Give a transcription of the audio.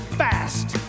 fast